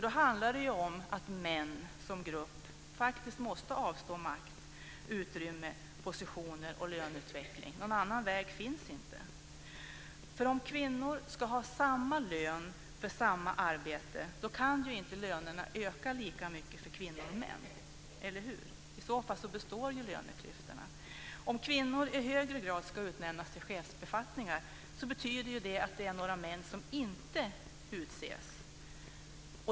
Då handlar det nämligen om att män som grupp faktiskt måste avstå makt, utrymme, positioner och löneutveckling. Någon annan väg finns inte. Om kvinnor ska ha samma lön för samma arbete kan ju lönerna inte öka lika mycket för kvinnor och män, eller hur? I så fall består ju löneklyftorna. Om kvinnor i högre grad ska utnämnas till chefsbefattningar betyder det att det är några män som inte utses.